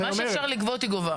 מה שאפשר לגבות, היא גובה.